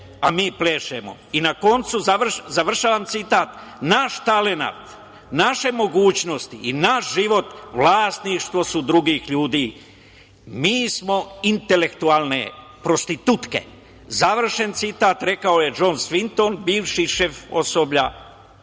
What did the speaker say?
a mi plešemo“. Na koncu, završavam citat: „Naš talenat, naše mogućnosti i naš život vlasništvo su drugih ljudi. Mi smo intelektualne prostitutke“, završen citat, rekao je Džon Svinton, bivši šef osoblja u